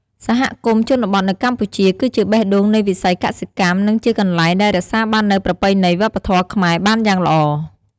សហគមន៍ជនបទនៅកម្ពុជា គឺជាបេះដូងនៃវិស័យកសិកម្ម និងជាកន្លែងដែលរក្សាបាននូវប្រពៃណីវប្បធម៌ខ្មែរបានយ៉ាងល្អ។